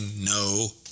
no